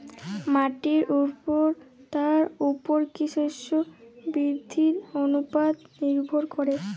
মাটির উর্বরতার উপর কী শস্য বৃদ্ধির অনুপাত নির্ভর করে?